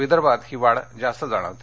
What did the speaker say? विदर्भात ही वाढ जास्त जाणवते